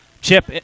Chip